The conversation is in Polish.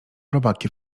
robaki